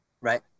Right